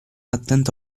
attento